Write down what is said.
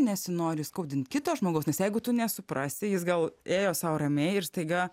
nesinori skaudint kito žmogaus nes jeigu tu nesuprasi jis gal ėjo sau ramiai ir staiga